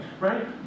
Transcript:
right